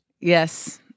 Yes